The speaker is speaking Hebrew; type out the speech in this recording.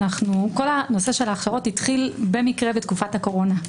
כל הנושא של ההכשרות התחיל במקרה בתקופת הקורונה,